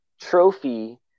trophy